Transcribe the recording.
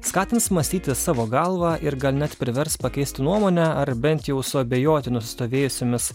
skatins mąstyti savo galva ir gal net privers pakeisti nuomonę ar bent jau suabejoti nusistovėjusiomis